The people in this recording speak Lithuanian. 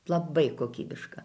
labai kokybišką